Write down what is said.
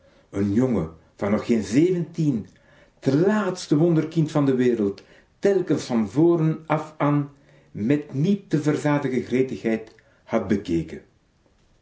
n jongen van nog geen zeventien t lààtste wonderkind van de wereld telkens van voren af an en met niet te verzadigen gretigheid had bekeken